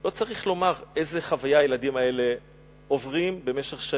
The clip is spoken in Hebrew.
לא צריך לומר איזה חוויה הילדים האלה עוברים במשך שנים,